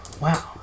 wow